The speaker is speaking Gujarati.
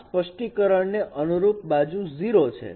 તેથી આ સ્પષ્ટીકરણ ને અનુરૂપ બાજુ 0 છે